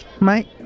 mate